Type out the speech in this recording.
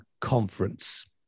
Conference